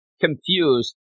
confused